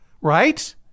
Right